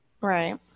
Right